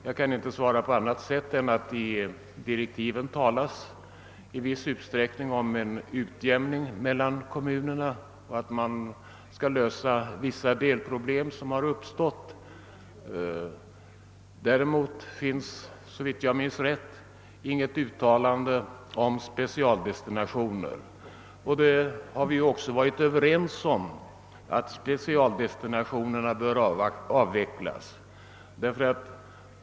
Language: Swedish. Jag kan inte svara på annat sätt än att i direktiven i viss utsträckning talas om en utjämning mellan kommunerna och att vissa delproblem som har uppstått skall lösas. Däremot finns såvitt jag minns rätt inget uttalande om specialdestinationer. Vi har också varit överens om att specialdestinationerna bör avvecklas.